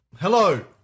Hello